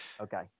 Okay